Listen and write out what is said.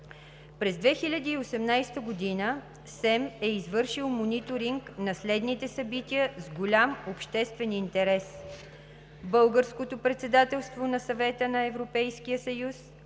През 2018 г. СЕМ е извършил мониторинг на следните събития с голям обществен интерес: Българското председателство на Съвета на Европейския съюз;